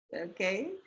Okay